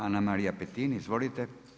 Ana-Marije Petin, izvolite.